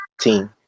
team